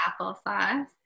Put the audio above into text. applesauce